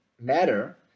matter